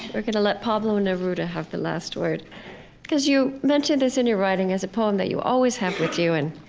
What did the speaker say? we're going to let pablo neruda have the last word because you mentioned this in your writing as a poem that you always have with you i